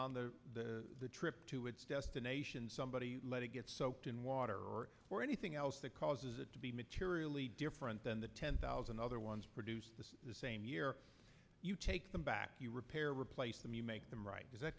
on the trip to its destination somebody let it get soaked in water or anything else that causes it to be materially different than the ten thousand other ones produced the same year you take them back you repair replace them you make them right and that